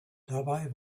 dabei